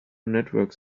networks